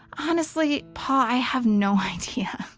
honestly paul, i have no idea.